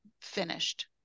finished